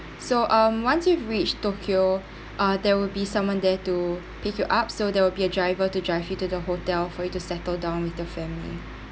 so um once you've reached tokyo uh there would be someone there to pick you up so there would be a driver to drive you to the hotel for you to settle down with the family